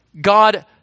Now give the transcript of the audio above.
God